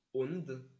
und